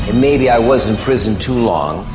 maybe i was in prison too long,